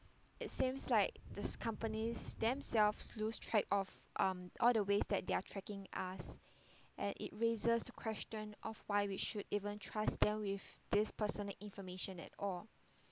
it seems like these companies themselves lose track of um all the ways that they're tracking us and it raises question of why we should even trust them with this personal information at all